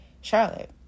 Charlotte